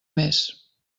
més